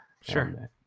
Sure